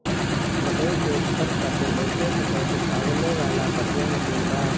मकई के फसल खातिर बहुते फसल सुखावे वाला बढ़िया मशीन बा